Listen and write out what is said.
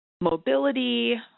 mobility